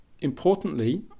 Importantly